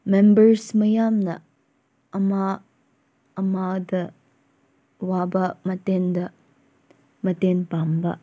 members ꯃꯌꯥꯝꯅ ꯑꯃ ꯑꯃꯗ ꯋꯥꯕ ꯃꯇꯦꯡꯗ ꯃꯇꯦꯡ ꯄꯥꯡꯕ